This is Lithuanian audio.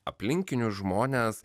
aplinkinius žmones